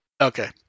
Okay